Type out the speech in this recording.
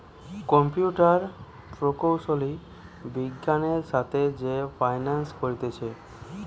computer প্রকৌশলী বিজ্ঞানের সাথে যে ফাইন্যান্স করতিছে